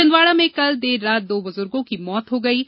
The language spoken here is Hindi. छिंदवाड़ा में कल देर रात दो बुजर्गों की मौत हो गई है